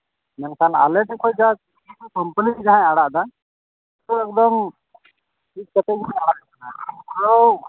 ᱢᱮᱱᱠᱷᱟᱱ ᱟᱞᱮ ᱴᱷᱮᱱ ᱠᱷᱚᱱ ᱡᱟᱦᱟᱸ ᱠᱳᱢᱯᱟᱱᱤ ᱠᱷᱚᱱ ᱟᱲᱟᱜ ᱫᱟ ᱩᱱᱤ ᱮᱠᱫᱚᱢ ᱪᱮᱹᱠ ᱠᱟᱛᱮᱫ ᱜᱮᱭ ᱟᱲᱟᱜᱮᱫ ᱠᱟᱱᱟ ᱟᱫᱚ